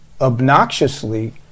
obnoxiously